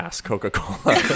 Coca-Cola